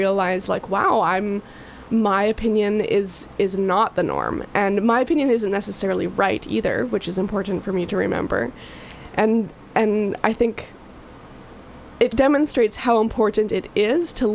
realize like wow i'm my opinion is is not the norm and my opinion isn't necessarily right either which is important for me to remember and and i think it demonstrates how important it is to